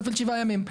אתה תפעיל שבעה ימים.